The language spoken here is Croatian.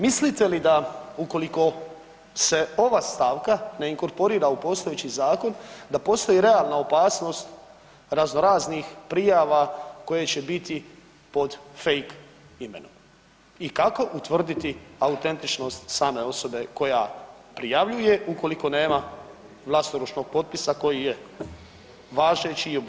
Mislite li da ukoliko se ova stavka ne inkorporira u postojeći zakon da postoji realna opasnost razno raznih prijava koje će biti fake imenom i kako utvrditi autentičnost same osobe koja prijavljuje ukoliko nema vlastoručnog potpisa koji je važeći i obvezujući.